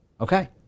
Okay